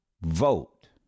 vote